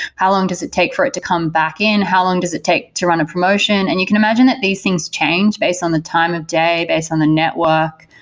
how long does it take for it to come back in? how long does it take to run a promotion? and you can imagine that these things change based on the time of day, based on the network,